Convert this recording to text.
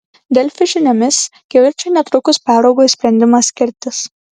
delfi žiniomis kivirčai netrukus peraugo į sprendimą skirtis